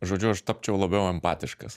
žodžiu aš tapčiau labiau empatiškas